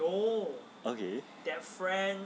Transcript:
oh okay their friend